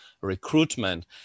recruitment